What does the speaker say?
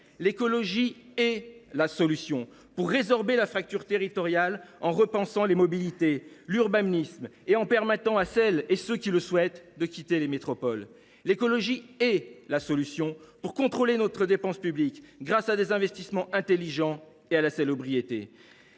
L’écologie est la solution pour résorber la fracture territoriale en repensant les mobilités, l’urbanisme et en permettant à celles et à ceux qui le souhaitent de quitter les métropoles. L’écologie est la solution pour contrôler notre dépense publique, grâce à des investissements intelligents et à la sobriété.